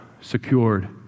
secured